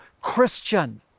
Christian